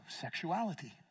sexuality